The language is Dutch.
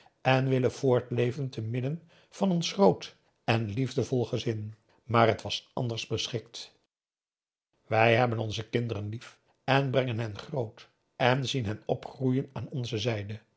en willen voortleven te midden van ons groot en liefdevol gezin maar het was anders beschikt wij hebben onze kinderen lief en brengen hen groot en zien hen opgroeien aan onze zijde